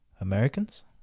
americans